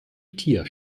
tier